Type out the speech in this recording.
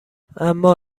اما